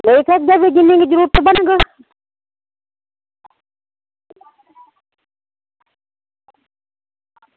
लेई लैगे जिन्नी क जरूरत बनगी